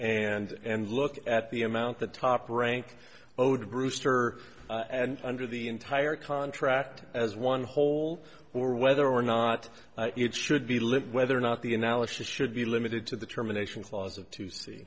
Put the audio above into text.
back and look at the amount the top rank owed brewster and under the entire contract as one whole or whether or not it should be lived whether or not the analysis should be limited to the terminations laws of to see